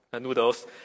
noodles